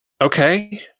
Okay